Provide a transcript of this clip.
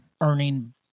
earning